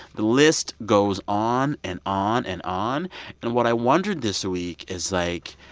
the list goes on and on and on and what i wondered this week is, like,